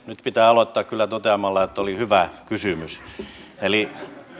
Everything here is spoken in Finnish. nyt pitää kyllä aloittaa toteamalla että oli hyvä kysymys eli